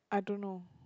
I don't know